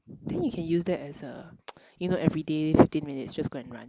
then you can use that as a you know everyday fifteen minutes just go and run